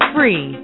Free